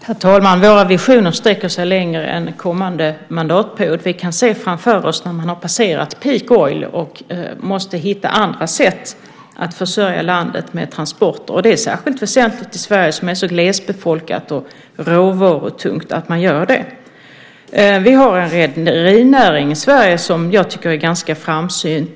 Herr talman! Våra visioner sträcker sig längre än kommande mandatperiod. Vi kan se framför oss när man har passerat peak oil och måste hitta andra sätt att försörja landet med transporter. Det är särskilt väsentligt för Sverige som är så glesbefolkat och råvarutungt att man gör det. Vi har en rederinäring i Sverige som jag tycker är ganska framsynt.